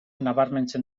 nabarmentzen